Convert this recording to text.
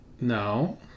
No